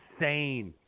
insane